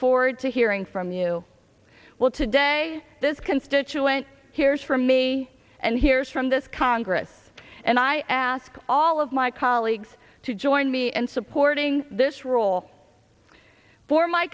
forward to hearing from you well today this constituent hears from me and hears from this congress and i ask all of my colleagues to join me and supporting this role for my